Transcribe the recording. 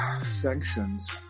sanctions